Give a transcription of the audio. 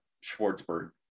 Schwartzberg